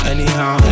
Anyhow